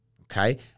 okay